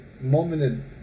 moment